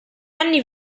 anni